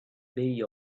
day